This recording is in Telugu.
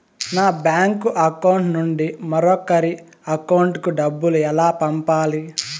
నా బ్యాంకు అకౌంట్ నుండి మరొకరి అకౌంట్ కు డబ్బులు ఎలా పంపాలి